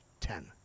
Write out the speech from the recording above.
ten